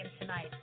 Tonight